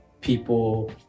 people